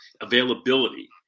availability